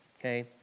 okay